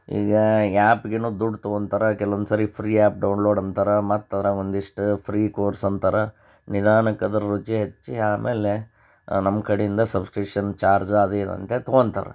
ಈಗ ಆ್ಯಪ್ಗೇನು ದುಡ್ಡು ತೊಗೊಂತಾರೆ ಕೆಲ್ವೊಂದು ಸರಿ ಫ್ರೀ ಆ್ಯಪ್ ಡೌನ್ಲೋಡ್ ಅಂತಾರೆ ಮತ್ತು ಅದ್ರಾಗ ಒಂದಿಷ್ಟು ಫ್ರೀ ಕೋರ್ಸ್ ಅಂತಾರೆ ನಿಧಾನಕ್ಕೆ ಅದರ ರುಚಿ ಹಚ್ಚಿ ಆಮೇಲೆ ನಮ್ಮ ಕಡಿಂದ ಸಬ್ಸ್ಕ್ರಿಷನ್ ಚಾರ್ಜ್ ಅದು ಇದು ಅಂತೇಳಿ ತೊಗೊಂತಾರೆ